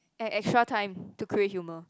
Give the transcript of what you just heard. at extra time to create humor